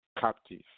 captive